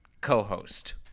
co-host